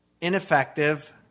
ineffective